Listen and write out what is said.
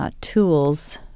tools